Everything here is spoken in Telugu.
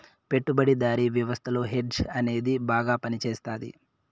పెట్టుబడిదారీ వ్యవస్థలో హెడ్జ్ అనేది బాగా పనిచేస్తది